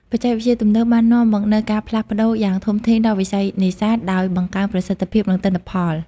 បច្ចេកវិទ្យាទំនើបបាននាំមកនូវការផ្លាស់ប្តូរយ៉ាងធំធេងដល់វិស័យនេសាទ ដោយបង្កើនប្រសិទ្ធភាព និងទិន្នផល។